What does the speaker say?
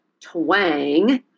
twang